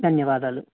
ధన్యవాదాలు